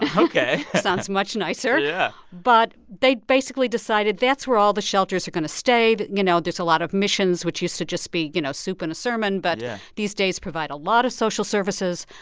and ok sounds much nicer yeah but they basically decided that's where all the shelters are going to stay. you know, there's a lot of missions, which used to just be, you know, soup and a sermon. but these days provide a lot of social services.